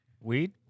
Weed